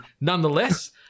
nonetheless